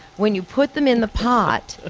when you put them in the pot, ah